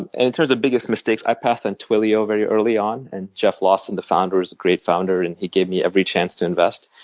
and and in terms of biggest mistakes, i passed on twilio very early on, and jeff lawson, the founder, is a great founder. and he gave me every chance to invest.